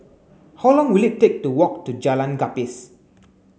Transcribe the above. how long will it take to walk to Jalan Gapis